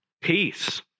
Peace